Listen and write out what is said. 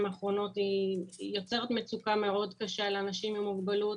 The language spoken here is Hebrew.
האחרונות יוצרת מצוקה מאוד קשה לאנשים עם מוגבלות,